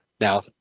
Now